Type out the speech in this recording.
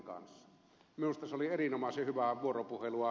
minusta se oli erinomaisen hyvää vuoropuhelua